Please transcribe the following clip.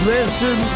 Listen